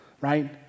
right